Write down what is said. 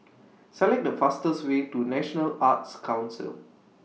Select The fastest Way to National Arts Council